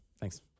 Thanks